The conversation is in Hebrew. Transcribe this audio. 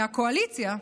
מהקואליציה.